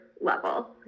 level